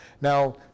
Now